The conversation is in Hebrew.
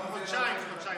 חודשיים, חודשיים.